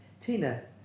Tina